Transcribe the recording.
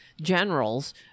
generals